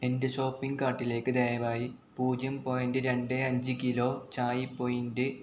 എന്റെ ഷോപ്പിംഗ് കാർട്ടിലേക്ക് ദയവായി പൂജ്യം പോയിൻ്റ് രണ്ടേ അഞ്ച് കിലോ ചായ് പോയിൻ്റ്